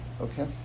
Okay